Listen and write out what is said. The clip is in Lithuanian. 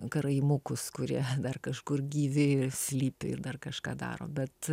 karaimus kurie dar kažkur gyvi slypi ir dar kažką daro bet